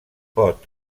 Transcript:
pot